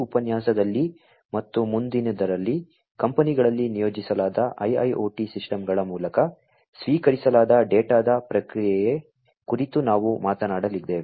ಈ ಉಪನ್ಯಾಸದಲ್ಲಿ ಮತ್ತು ಮುಂದಿನದರಲ್ಲಿ ಕಂಪನಿಗಳಲ್ಲಿ ನಿಯೋಜಿಸಲಾದ IIoT ಸಿಸ್ಟಮ್ಗಳ ಮೂಲಕ ಸ್ವೀಕರಿಸಲಾದ ಡೇಟಾದ ಪ್ರಕ್ರಿಯೆಯ ಕುರಿತು ನಾವು ಮಾತನಾಡಲಿದ್ದೇವೆ